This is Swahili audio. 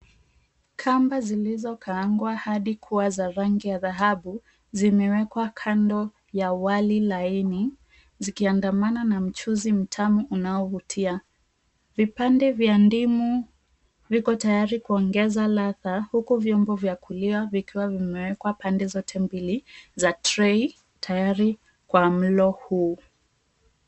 Kamba zilizokarangwa hadi kuza rangi ya dhahabu zimewekwa kando ya wali laini, zikiandamana na mchuzi mtamu unaovutia. Vipande vya ndimu viko tayari kuongeza ladha huku vyombo vya kulia vikiwa vimewekwa pande zote mbili za trei tayari kwa mlo huu.